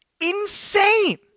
insane